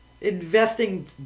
investing